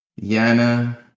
Yana